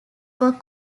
were